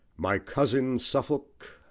my cousin suffolk,